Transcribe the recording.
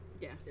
Yes